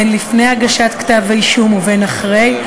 אם לפני הגשת כתב-אישום ואם אחרי,